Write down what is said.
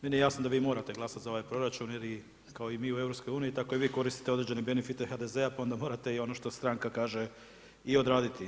Meni je jasno da vi morate glasati za ovaj proračun jer i kao i mi u EU tako i vi koristite određene benefite HDZ-a, pa onda morate i ono što stranka kaže i odraditi.